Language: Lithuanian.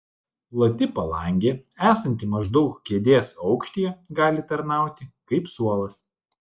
plati palangė esanti maždaug kėdės aukštyje gali tarnauti kaip suolas